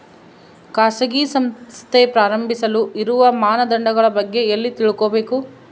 ಖಾಸಗಿ ಸಂಸ್ಥೆ ಪ್ರಾರಂಭಿಸಲು ಇರುವ ಮಾನದಂಡಗಳ ಬಗ್ಗೆ ಎಲ್ಲಿ ತಿಳ್ಕೊಬೇಕು?